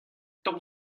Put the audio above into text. tamm